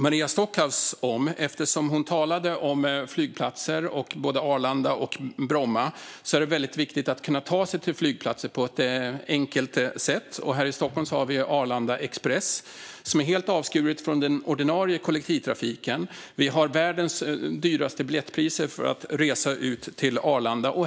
Maria Stockhaus talade om flygplatser, både Arlanda och Bromma. Det är viktigt att kunna ta sig till flygplatser på ett enkelt sätt. Men här i Stockholm har vi Arlanda Express, som är helt avskuren från den ordinarie kollektivtrafiken. Vi har världens högsta biljettpriser för att resa till en flygplats.